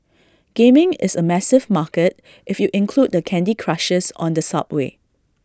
gaming is A massive market if you include the candy Crushers on the subway